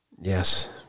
yes